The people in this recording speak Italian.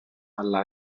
alla